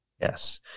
Yes